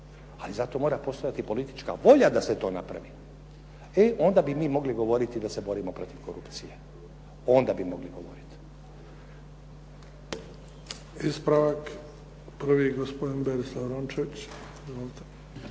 ali za to mora postojati politička volja da se to napravi, e onda bi mi mogli govoriti da se borimo protiv korupcije. Onda bi mogli govoriti.